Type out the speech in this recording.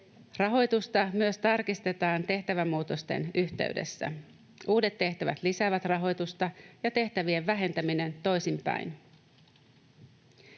Rahoitusta myös tarkistetaan tehtävämuutosten yhteydessä. Uudet tehtävät lisäävät rahoitusta, ja tehtävien vähentäminen toisinpäin.